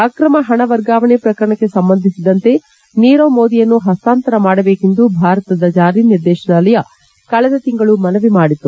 ಅಕ್ರಮ ಹಣ ವರ್ಗಾವಣೆ ಪ್ರಕರಣಕ್ಕೆ ಸಂಬಂಧಿಸಿದಂತೆ ನೀರವ್ ಮೋದಿಯನ್ನು ಹಸ್ತಾಂತರ ಮಾಡಬೇಕೆಂದು ಭಾರತದ ಜಾರಿ ನಿರ್ದೇಶನಾಲಯ ಕಳೆದ ತಿಂಗಳು ಮನವಿ ಮಾಡಿತ್ತು